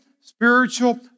spiritual